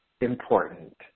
important